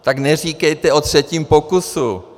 Tak neříkejte o třetím pokusu.